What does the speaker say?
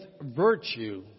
virtue